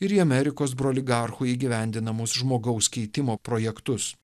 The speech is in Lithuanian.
ir į amerikos broligarchų įgyvendinamus žmogaus keitimo projektus